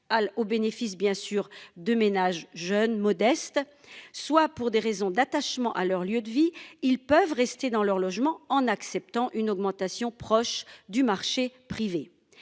au bénéfice bien sûr de ménage jeune modeste soit pour des raisons d'attachement à leur lieu de vie, ils peuvent rester dans leur logement en acceptant une augmentation proche du marché privé.